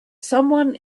someone